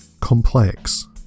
complex